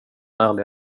ärlig